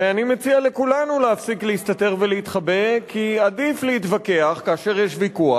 ואני מציע לכולנו להפסיק להסתתר ולהתחבא כי עדיף להתווכח כאשר יש ויכוח,